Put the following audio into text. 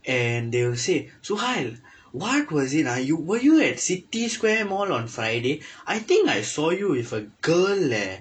and they'll say suhail what was it ah you were you at city square mall on friday I think I saw you with a girl eh